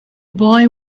boy